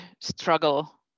struggle